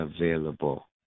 available